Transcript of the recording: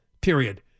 period